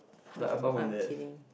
no I'm kidding